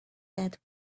that